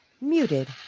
Muted